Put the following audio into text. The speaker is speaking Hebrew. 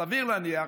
סביר להניח,